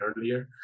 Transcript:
earlier